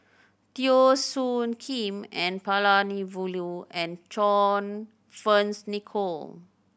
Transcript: Teo Soon Kim N Palanivelu and John Fearns Nicoll